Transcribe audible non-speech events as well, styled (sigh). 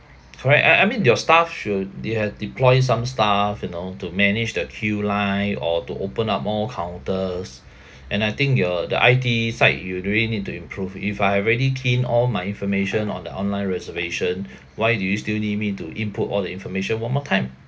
correct I I mean your staff should they have deploy some staff you know to manage the queue line or to open up more counters (breath) and I think your the I_T side you really need to improve if I've already key in all my information on the online reservation (breath) why do you still need me to input all the information one more time